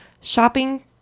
Shopping